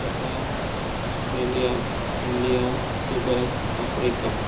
Qatar Australia India Dubai Africa